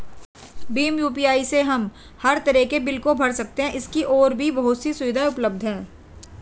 Bhim UPI से हम हर तरह के बिल को भर सकते है, इसकी और भी बहुत सी सुविधाएं उपलब्ध है